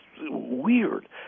weird